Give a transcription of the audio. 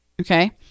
Okay